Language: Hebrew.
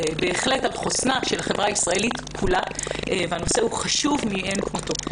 בהחלט על חוסנה של החברה הישראלית כולה והנושא חשוב מאין כמותו.